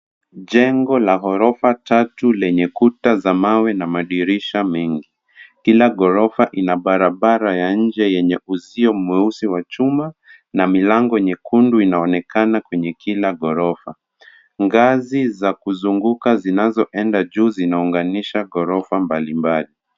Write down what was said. Jengo lenye ghorofa tatu lenye kuta za mawe na madirisha mengi. Kila ghorofa ina barabara ya nje yenye uzio mweusi wa chuma na milango nyekundu inaonekana kwenye kila ghorofa. Ngazi za kusunguka zinazoenda juu zinaunganisha ghorofa mbalimbali.